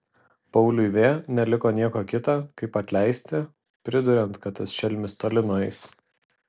pauliui v neliko nieko kita kaip atleisti priduriant kad tas šelmis toli nueis